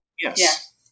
Yes